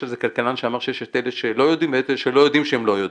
יש כלכלן שאמר שיש את אלה שלא יודעים ויש את אלה שלא יודעים שלא יודעים.